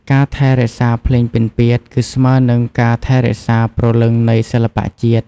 ការថែរក្សាភ្លេងពិណពាទ្យ គឺស្មើនឹងការថែរក្សាព្រលឹងនៃសិល្បៈជាតិ។